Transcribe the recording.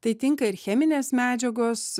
tai tinka ir cheminės medžiagos